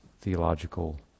theological